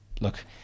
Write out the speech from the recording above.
look